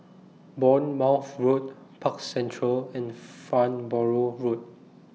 Bournemouth Road Park Central and Farnborough Road